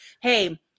hey